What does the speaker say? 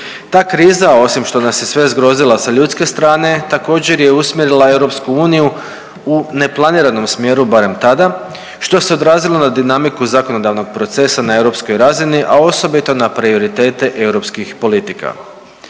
Ta kriza osim što nas je sve zgrozila sa ljudske strane, također je usmjerila EU u neplaniranom smjeru barem tada što se odrazilo na dinamiku zakonodavnog procesa na europskoj razini, a osobito na prioritete europskih politika.